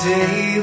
day